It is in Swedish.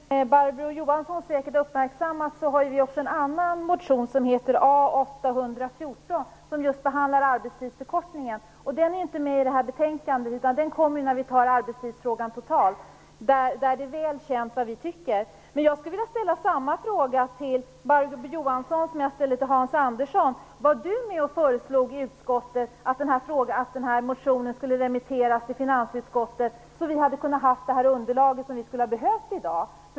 Herr talman! Som Barbro Johansson säkert har uppmärksammat har vi också en annan motion som heter A814, som just behandlar arbetstidsförkortningen. Den är inte med i detta betänkande utan kommer när vi behandlar arbetstidsfrågan som helhet. Det är väl känt vad vi tycker. Jag skulle vilja ställa samma fråga till Barbro Johansson som jag ställde till Hans Andersson. Var Barbro Johansson med och föreslog utskottet att denna motion skulle remitteras till finansutskottet, så att vi kunde få det underlag vi behöver i dag?